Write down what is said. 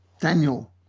Daniel